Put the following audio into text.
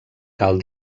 cal